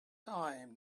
time